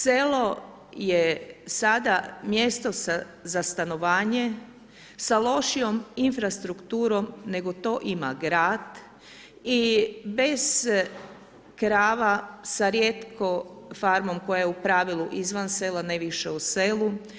Selo je sada mjesto za stanovanje sa lošijom infrastrukturom nego to ima grad i bez krava sa rijetkom farmom koja je u pravilu izvan sela, ne više u selu.